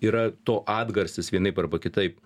yra to atgarsis vienaip arba kitaip